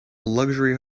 luxury